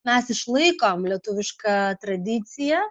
mes išlaikom lietuvišką tradiciją